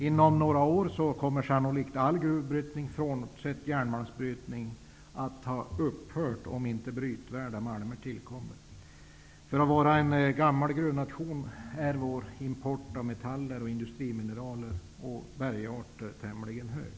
Inom några år kommer sannolikt all gruvbrytning, frånsett järnmalmsbrytning, att ha upphört om inte nya brytvärda malmer har tillkommit. Med tanke på att Sverige är en gammal gruvnation är importen av metaller, industrimineraler och bergarter tämligen hög.